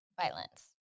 violence